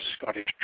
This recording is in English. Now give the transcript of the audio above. Scottish